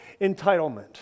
entitlement